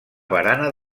barana